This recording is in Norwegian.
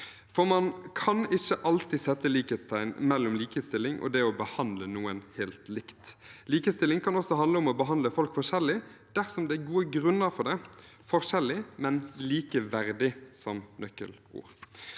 for man kan ikke alltid sette likhetstegn mellom likestilling og det å behandle noen helt likt. Likestilling kan også handle om å behandle folk forskjellig dersom det er gode grunner for det. Forskjellig, men likeverdig er nøkkelord.